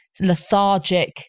lethargic